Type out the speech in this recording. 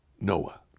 Noah